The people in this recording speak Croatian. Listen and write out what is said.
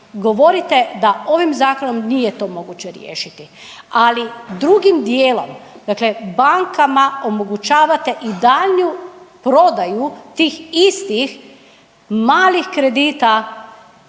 Govorite da ovim zakonom nije to moguće riješiti, ali drugim dijelom dakle bankama omogućavate i daljnju prodaju tih istih malih kredita